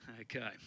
Okay